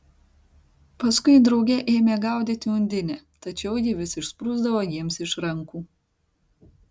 paskui drauge ėmė gaudyti undinę tačiau ji vis išsprūsdavo jiems iš rankų